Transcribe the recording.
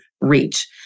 reach